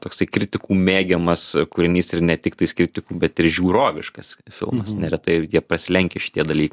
toksai kritikų mėgiamas kūrinys ir ne tiktais kritikų bet ir žiūroviškas filmas neretai ir jie pasilenkia šitie dalykai